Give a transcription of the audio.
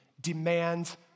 demands